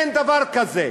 אין דבר כזה.